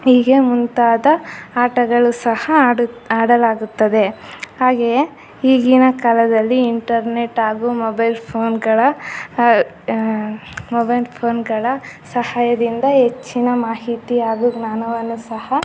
ಹೀಗೆ ಮುಂತಾದ ಆಟಗಳು ಸಹ ಆಡುತ್ ಆಡಲಾಗುತ್ತದೆ ಹಾಗೆಯೇ ಈಗಿನ ಕಾಲದಲ್ಲಿ ಇಂಟರ್ನೆಟ್ ಹಾಗೂ ಮೊಬೈಲ್ ಫೋನ್ಗಳ ಹ್ ಮೊಬೈಲ್ ಫೋನ್ಗಳ ಸಹಾಯದಿಂದ ಹೆಚ್ಚಿನ ಮಾಹಿತಿ ಹಾಗೂ ಜ್ಞಾನವನ್ನು ಸಹ